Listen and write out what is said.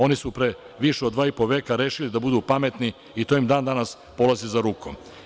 Oni su pre više od dva i po veka rešili da budu pametni i to im i dan danas polazi za rukom.